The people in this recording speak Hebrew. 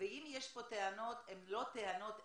ואם יש פה טענות הן לא טענות אליך,